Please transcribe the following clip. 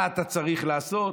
מה אתה צריך לעשות.